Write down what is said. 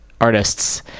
artists